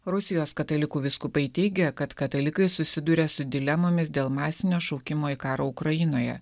rusijos katalikų vyskupai teigia kad katalikai susiduria su dilemomis dėl masinio šaukimo į karą ukrainoje